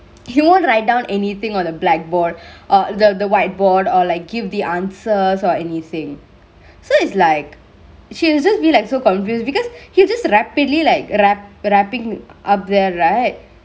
he won't write down anythingk on the blackboard or the white whiteboard or like give the answers or anythingk so it's like she will just be like so confused because he'll just rapidly like wrap wrappingk up there right